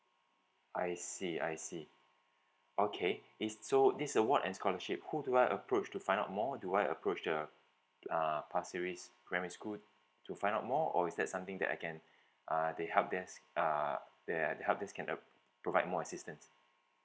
I see I see okay it's so this award and scholarship who do I approach to find out more do I approach the uh pasir ris primary school to find out more or is that something that I can uh that help desk uh that that help desk can uh provide more assistance